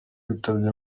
bitabye